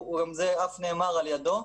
וזה אף נאמר על ידו.